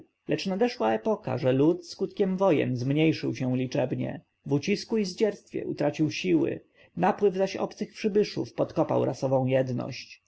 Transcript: lecz nadeszła epoka że lud skutkiem wojen zmniejszył się liczebnie w ucisku i zdzierstwie utracił siły napływ zaś obcych przybyszów podkopał rasową jedność